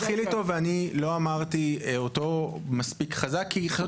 גם כאזרחים וגם בכלל כדי להיאבק במשבר האקלים ולהגן על הסביבה.